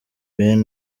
ben